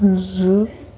زٕ